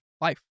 life